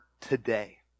today